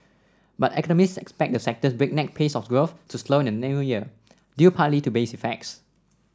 but economists expect the sector's breakneck pace of growth to slow in the New Year due partly to base effects